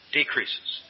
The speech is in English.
decreases